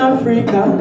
Africa